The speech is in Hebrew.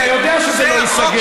אתה יודע שזה לא ייסגר.